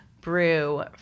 brew